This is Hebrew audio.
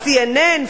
CNN,